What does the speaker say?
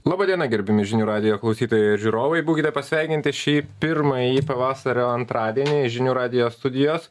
laba diena gerbiami žinių radijo klausytojaiir žiūrovai būkite pasveikinti šį pirmąjį pavasario antradienį žinių radijo studijos